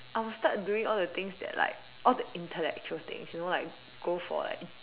I will start doing all the things that like all the intellectual things you know like go for like